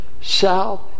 south